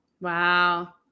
Wow